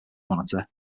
monitor